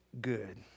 good